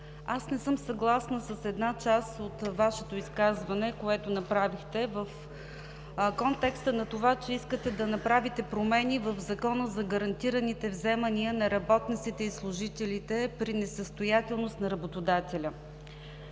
не съм съгласна с една част от Вашето изказване, което направихме в контекста на това, че искате да направите промени в Закона за гарантираните вземания на работниците и служителите при несъстоятелност на работодателя.